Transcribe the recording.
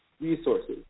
resources